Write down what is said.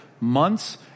months